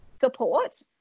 support